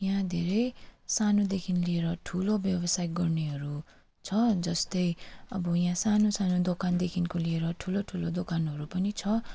याँ धेरै सानोदेखिन् लिएर ठुलो व्यावसाय गर्नेहरू छ जस्तै अब यहाँ सानो सानो दोकानदेखिको लिएर ठुलो ठुलो दोकानहरू पनि छ